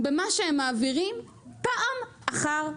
במה שהם מעבירים פעם אחר פעם.